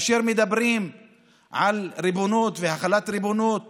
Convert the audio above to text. מדברים על ריבונות והחלת ריבונות